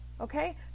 Okay